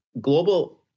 global